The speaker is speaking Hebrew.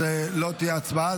אז לא תהיה הצבעה.